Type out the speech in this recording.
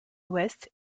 ouest